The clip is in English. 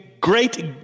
great